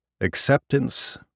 acceptance